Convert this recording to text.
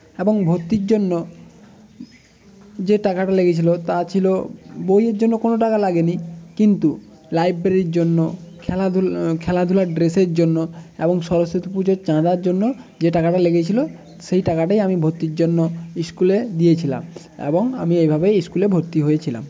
এবং ভর্তির জন্য যে টাকাটা লেগেছিলো তা ছিলো বইয়ের জন্য কোনো টাকা লাগে নি কিন্তু লাইব্রেরির জন্য খেলাধুলার ড্রেসের জন্য এবং সরস্বতী পুজোর চাঁদার জন্য যে টাকাটা লেগেছিলো সেই টাকাটাই আমি ভর্তির জন্য স্কুলে দিয়েছিলাম এবং আমি এইভাবেই স্কুলে ভর্তি হয়েছিলাম